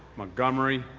montgomery,